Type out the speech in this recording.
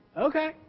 okay